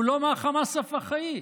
הוא לא מהחמאס הפח"עי.